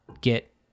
get